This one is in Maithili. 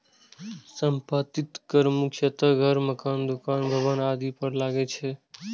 संपत्ति कर मुख्यतः घर, मकान, दुकान, भवन आदि पर लागै छै